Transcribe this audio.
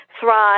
thrive